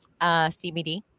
CBD